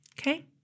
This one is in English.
Okay